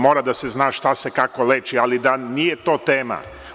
Mora da se zna šta se kako leči, ali nije to tema.